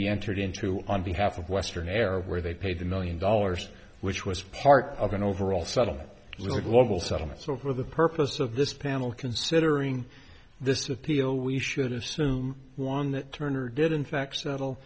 be entered into on behalf of western air where they paid the million dollars which was part of an overall subtle little global settlement so who are the purpose of this panel considering this appeal we should assume on turner did in fact settle